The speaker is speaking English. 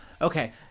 Okay